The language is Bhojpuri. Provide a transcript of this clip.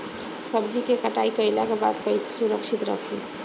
सब्जी क कटाई कईला के बाद में कईसे सुरक्षित रखीं?